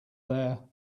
there